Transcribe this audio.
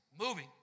Moving